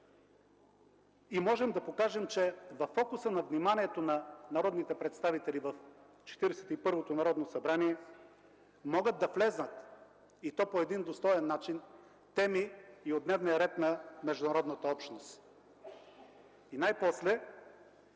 Можем да покажем, че във фокуса на вниманието на народните представители в Четиридесет и първото Народно събрание могат да влязат, и то по един достоен начин, теми и от дневния ред на международната общност. И най-после,